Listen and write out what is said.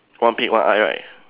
one peak one eye right